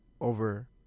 over